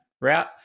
route